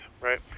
right